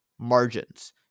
margins